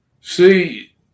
See